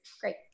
Great